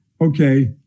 Okay